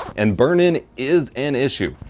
and burn-in is an issue.